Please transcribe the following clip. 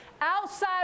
outside